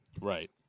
Right